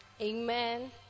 Amen